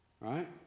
Right